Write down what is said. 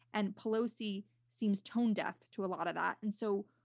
and pelosi seems tone deaf to a lot of that. and so,